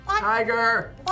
Tiger